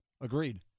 Agreed